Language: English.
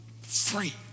Free